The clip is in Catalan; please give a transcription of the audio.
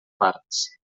parts